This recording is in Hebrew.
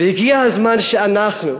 הגיע הזמן שאנחנו,